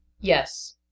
Yes